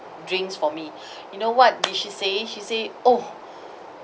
drinks for me you know what did she say she say oh